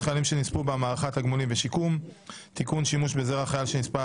חוק הכנסת שהיה אמור לבוא לסדר היום ועוד לא הגיע.